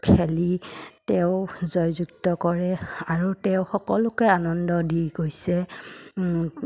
খেলি তেওঁ জয়যুক্ত কৰে আৰু তেওঁ সকলোকে আনন্দ দি গৈছে